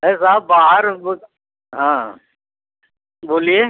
नही साहब बाहर वो हाँ बोलिए